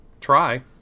try